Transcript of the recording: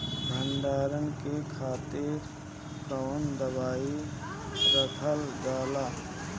भंडारन के खातीर कौन दवाई रखल जाला?